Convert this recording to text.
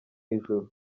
ijuru